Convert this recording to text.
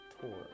tour